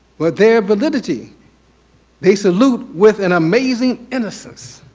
but their validity they salute with an amazing innocence.